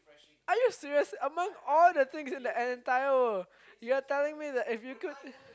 are you serious among all the things in the entire world you're telling me that if you could